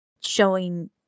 showing